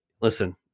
listen